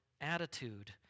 attitude